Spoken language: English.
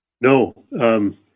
No